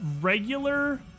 regular